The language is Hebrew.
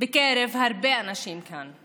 בקרב הרבה אנשים כאן.